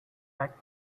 pack